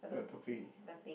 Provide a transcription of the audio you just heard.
what topic